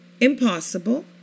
impossible